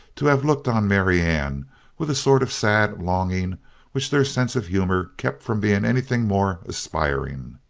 to have looked on marianne with a sort of sad longing which their sense of humor kept from being anything more aspiring.